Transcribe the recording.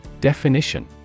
Definition